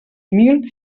mil